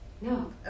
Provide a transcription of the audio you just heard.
No